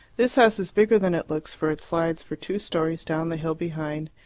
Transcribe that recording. this house is bigger than it looks, for it slides for two storeys down the hill behind,